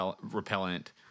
repellent